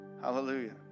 Hallelujah